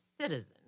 citizen